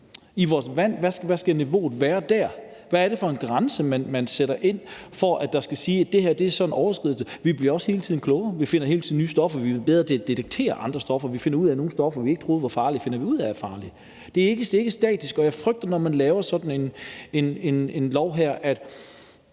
så være? Hvad skal niveauet være i vores vand? Hvad er det for en grænse, man sætter ind, så man kan sige, at det her så er en overskridelse? Vi bliver også hele tiden klogere. Vi finder hele tiden nye stoffer. Vi bliver bedre til at detektere andre stoffer. Vi finder ud af, at nogle stoffer, vi ikke troede var farlige, er farlige. Det er ikke statisk. Og jeg frygter, at det, når man vil lave sådan en lov her,